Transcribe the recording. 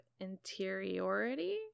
interiority